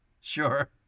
Sure